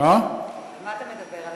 אתה מדבר?